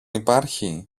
υπάρχει